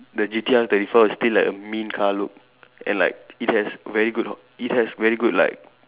the G_T_R thirty four is still like a mean car look and like it has very good it has very good like